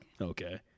Okay